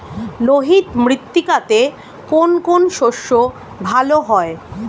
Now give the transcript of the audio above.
লোহিত মৃত্তিকাতে কোন কোন শস্য ভালো হয়?